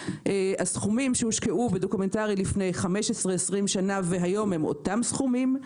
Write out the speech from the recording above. הסכומים שהושקעו בדוקומנטרי לפני 15 20 שנים והיום הם אותם סכומים.